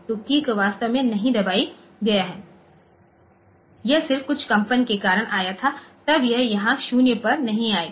तो कीय को वास्तव में नहीं दबाई गया है यह सिर्फ कुछ कंपन के कारण आया था तब यह यहाँ 0 पर नहीं आएगा